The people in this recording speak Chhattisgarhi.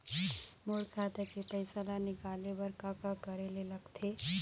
मोर खाता के पैसा ला निकाले बर का का करे ले लगथे?